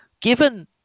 given